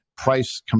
price